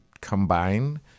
combine